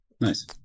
nice